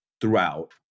throughout